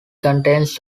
contains